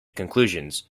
conclusions